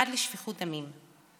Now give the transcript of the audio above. עד לשפיכות דמים.